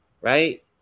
Right